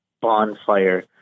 bonfire